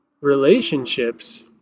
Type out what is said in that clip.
relationships